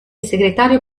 segretario